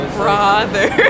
brother